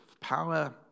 Power